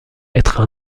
être